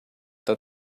that